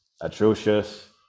atrocious